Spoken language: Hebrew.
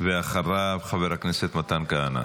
אחריו, חבר הכנסת מתן כהנא.